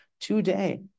today